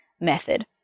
method